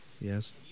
Yes